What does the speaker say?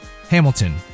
Hamilton